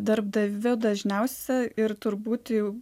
darbdavio dažniausia ir turbūt jau